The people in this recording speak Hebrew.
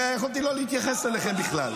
הרי יכולתי לא להתייחס אליכם בכלל.